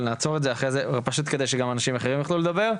אבל אנחנו נעצור את זה אחרי זה פשוט כדי שגם אנשים אחרים יוכלו לדבר.